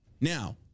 Now